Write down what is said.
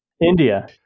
India